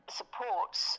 supports